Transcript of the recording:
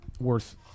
worth